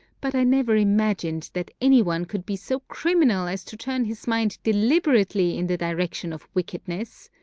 but i never imagined that any one could be so criminal as to turn his mind deliberately in the direction of wickedness.